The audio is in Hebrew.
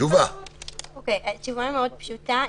התשובה היא מאוד פשוטה.